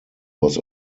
was